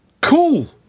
Cool